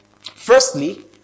firstly